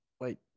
wait